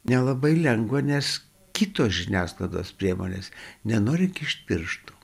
nelabai lengva nes kitos žiniasklaidos priemonės nenori kišt pirštų